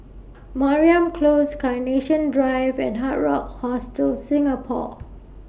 Mariam Close Carnation Drive and Hard Rock Hostel Singapore